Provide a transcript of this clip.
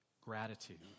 gratitude